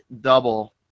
double